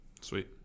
Sweet